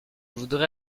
voudrais